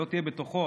היא לא תהיה בתוכו,